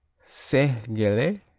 saint-gelay